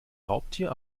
raubtier